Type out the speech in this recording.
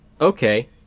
Okay